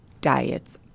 diets